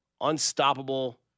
Unstoppable